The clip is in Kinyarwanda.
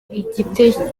igitekerezo